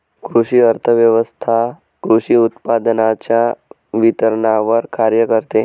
कृषी अर्थव्यवस्वथा कृषी उत्पादनांच्या वितरणावर कार्य करते